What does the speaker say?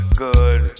good